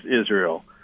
Israel